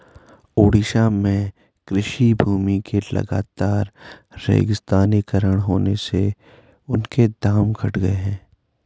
ओडिशा में कृषि भूमि के लगातर रेगिस्तानीकरण होने से उनके दाम घटे हैं